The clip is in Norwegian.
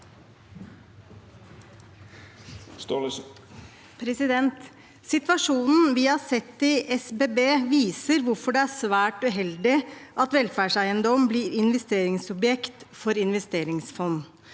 Samhällsbyggnadsbolaget, SBB, viser hvorfor det er svært uheldig at velferdseiendom blir investeringsobjekt for investeringsfond.